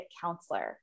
counselor